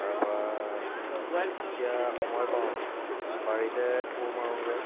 তাৰপৰা যেতিয়া সময় পাওঁ বাৰীতে কোৰ মাৰোঁগৈ